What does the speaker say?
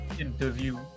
interview